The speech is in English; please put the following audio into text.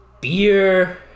beer